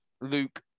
Luke